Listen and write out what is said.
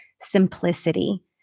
simplicity